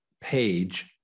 page